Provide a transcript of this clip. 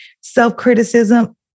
self-criticism